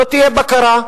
לא תהיה בקרה.